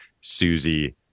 Susie